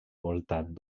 voltant